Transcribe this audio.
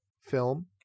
film